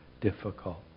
difficult